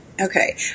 Okay